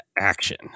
action